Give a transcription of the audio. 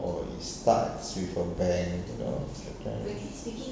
or it starts with a bang you know that kind